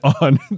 on